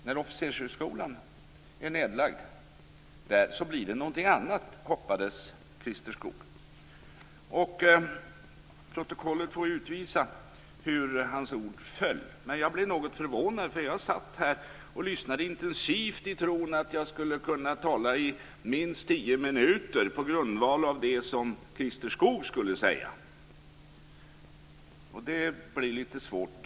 När officershögskolan har lagts ned blir det något annat, hoppades Christer Skoog. Protokollet får utvisa hur hans ord föll. Jag blir något förvånad. Jag satt här och lyssnade intensivt i tron att jag skulle kunna tala i minst tio minuter på grundval av det som Christer Skoog skulle säga. Det blir litet svårt.